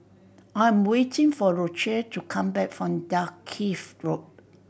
I am waiting for Rochelle to come back from Dalkeith Road